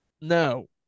no